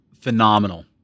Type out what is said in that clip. phenomenal